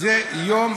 זה יום,